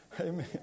amen